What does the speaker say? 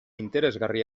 interesgarri